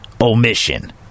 omission